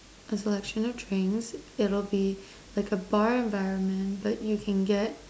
a selection of drinks it'll be like a bar environment but you can get